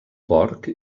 porc